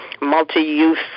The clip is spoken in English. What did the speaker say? multi-use